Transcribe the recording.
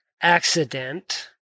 accident